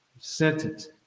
sentence